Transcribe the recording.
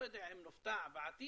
לא יודע אם נופתע בעתיד